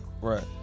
Right